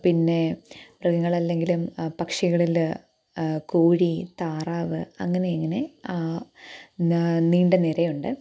പിന്നേ മൃഗങ്ങളല്ലെങ്കിലും പക്ഷികളിൽ കോഴി താറാവ് അങ്ങനെയങ്ങനെ നീണ്ട നിരയുണ്ട്